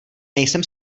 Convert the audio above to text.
nejsem